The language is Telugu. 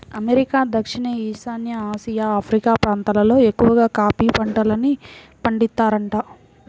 అమెరికా, దక్షిణ ఈశాన్య ఆసియా, ఆఫ్రికా ప్రాంతాలల్లో ఎక్కవగా కాఫీ పంటను పండిత్తారంట